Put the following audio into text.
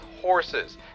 horses